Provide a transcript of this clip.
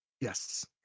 Yes